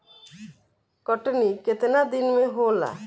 कटनी केतना दिन में होला?